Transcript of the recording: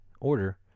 order